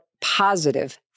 positive